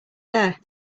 there